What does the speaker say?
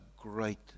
great